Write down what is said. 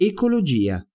Ecologia